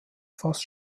fast